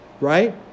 right